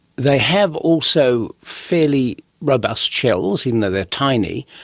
they have also fairly robust shells, even though they are tiny.